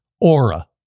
Aura